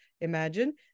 imagine